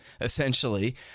essentially